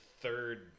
third